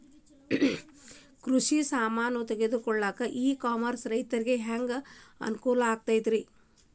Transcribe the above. ಕೃಷಿ ಸಾಮಾನ್ ತಗೊಳಕ್ಕ ಇ ಕಾಮರ್ಸ್ ರೈತರಿಗೆ ಹ್ಯಾಂಗ್ ಅನುಕೂಲ ಆಕ್ಕೈತ್ರಿ?